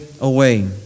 away